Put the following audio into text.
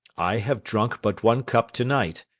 i have drunk but one cup to-night,